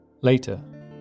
Later